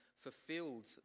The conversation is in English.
fulfilled